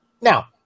now